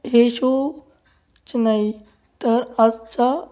हे शो च नाही तर आजचा